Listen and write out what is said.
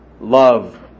love